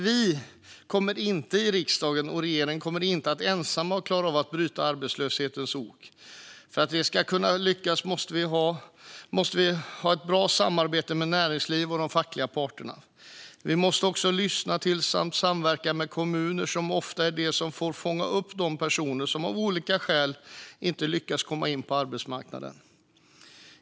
Vi i riksdagen och regeringen kommer inte att ensamma klara av att bryta arbetslöshetens ok. För att det ska kunna lyckas måste vi ha ett bra samarbete med näringslivet och de fackliga parterna. Vi måste också lyssna till samt samverka med kommunerna, som ofta är de som får fånga upp de personer som av olika skäl inte lyckas komma in på arbetsmarknaden.